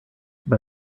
but